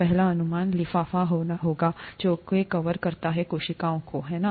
पहला अनुमान लिफाफा होगा जोको कवर करता कोशिकाओंहै है ना